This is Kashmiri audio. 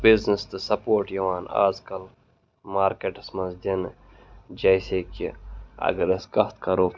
بِزنِس تہٕ سَپوٹ یِوان اَزکَل مارکیٚٹَس منٛز دِنہٕ جیسے کہِ اَگَر أسۍ کَتھ کَرو